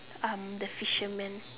um the fisherman